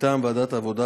מטעם ועדת העבודה,